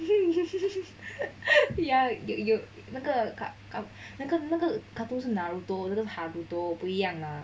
ya 那个那个那个 cartoon 是哪个 naruto 的都差不多不一样 lah